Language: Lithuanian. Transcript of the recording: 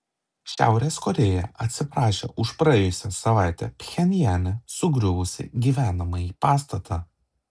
šiaurės korėja atsiprašė už praėjusią savaitę pchenjane sugriuvusį gyvenamąjį pastatą